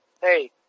hey